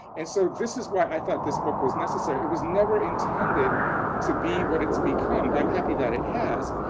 and so this is why i thought this book was necessary. it was never intended to be what it's become, but i'm happy that it has.